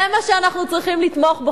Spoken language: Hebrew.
זה מה שאנחנו צריכים לתמוך בו,